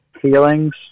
feelings